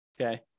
okay